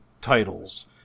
titles